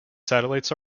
satellites